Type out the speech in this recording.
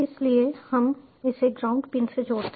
इसलिए हम इसे ग्राउंड पिन से जोड़ते हैं